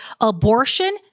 abortion